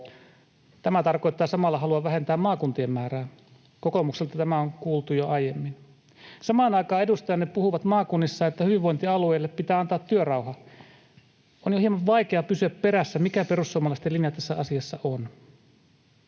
Tämä tarkoittaa samalla halua vähentää maakuntien määrää. Kokoomukselta tämä on kuultu jo aiemmin. Samaan aikaan edustajanne puhuvat maakunnissa, että hyvinvointialueille pitää antaa työrauha. On jo hieman vaikea pysyä perässä, mikä perussuomalaisten linja tässä asiassa on.